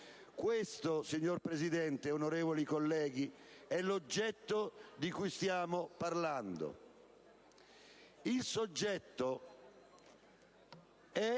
Questo, signora Presidente e onorevoli colleghi, è l'oggetto di cui stiamo parlando. Il soggetto è